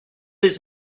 his